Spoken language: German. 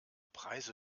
preise